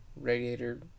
radiator